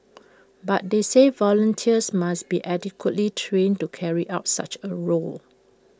but they said volunteers must be adequately trained to carry out such A role